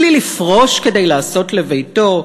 בלי לפרוש כדי לעשות לביתו.